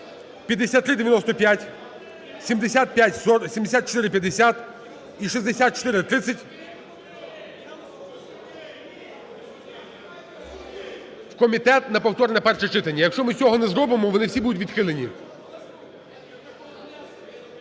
5395, 7450 і 6430 – в комітет на повторне перше читання. Якщо ми цього не зробимо, вони всі будуть відхилені.